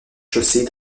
chaussée